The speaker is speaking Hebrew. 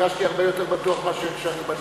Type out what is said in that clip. הרגשתי הרבה יותר בטוח מאשר כשאני בליכוד.